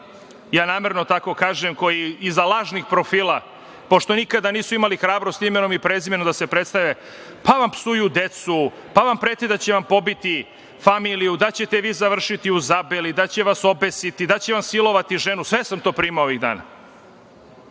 namerno tako kažem, koji iza lažnih profila, pošto nikada nisu imali hrabrosti imenom i prezimenom da se predstave, pa vam psuju decu, pa vam prete da će vam pobiti familiju, da ćete vi završiti u Zabeli, da će vas obesiti, da će vam silovati ženu, sve sam to primao ovih dana.